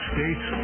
States